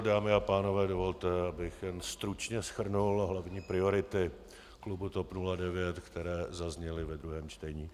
Dámy a pánové, dovolte, abych jen stručně shrnul hlavní priority klubu TOP 09, které zazněly ve druhém čtení.